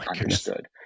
understood